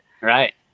right